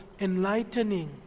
enlightening